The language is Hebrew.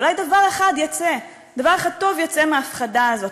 אולי דבר אחד יצא, דבר אחד טוב יצא מההפחדה הזאת.